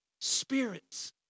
spirits